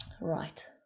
Right